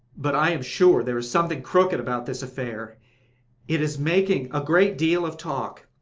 but i am sure there is something crooked about this affair it is making a great deal of talk.